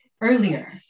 earlier